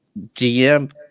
GM